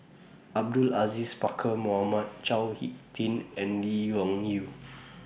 Abdul Aziz Pakkeer Mohamed Chao Hick Tin and Lee Wung Yew